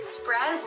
spread